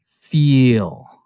feel